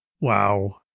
Wow